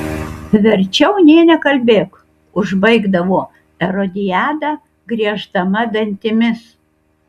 verčiau nė nekalbėk užbaigdavo erodiada grieždama dantimis